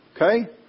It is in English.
Okay